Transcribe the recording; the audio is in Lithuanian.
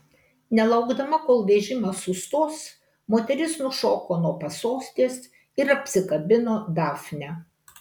nelaukdama kol vežimas sustos moteris nušoko nuo pasostės ir apsikabino dafnę